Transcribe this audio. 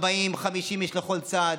40, 50 איש לכל צד,